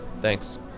Thanks